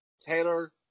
Taylor